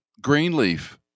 Greenleaf